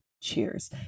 Cheers